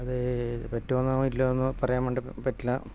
അത് പറ്റുമോന്നോ ഇല്ലയോന്ന് പറയാൻ വേണ്ടി പറ്റില്ല